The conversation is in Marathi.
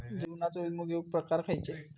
जीवनाचो विमो घेऊक प्रकार खैचे?